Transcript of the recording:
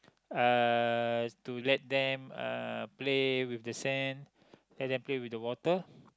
uh to let them uh play with the sand and then play with the water